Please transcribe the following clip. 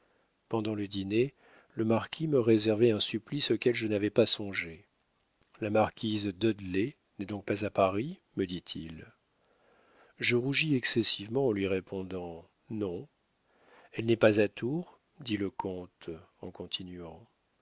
pendant le dîner le marquis me réservait un supplice auquel je n'avais pas songé la marquise dudley n'est donc pas à paris me dit-il je rougis excessivement en lui répondant non elle n'est pas à tours dit le comte en continuant